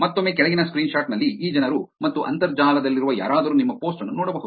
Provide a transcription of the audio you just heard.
ಮತ್ತೊಮ್ಮೆ ಕೆಳಗಿನ ಸ್ಕ್ರೀನ್ಶಾಟ್ ನಲ್ಲಿ ಈ ಜನರು ಮತ್ತು ಅಂತರ್ಜಾಲದಲ್ಲಿರುವ ಯಾರಾದರೂ ನಿಮ್ಮ ಪೋಸ್ಟ್ ಅನ್ನು ನೋಡಬಹುದು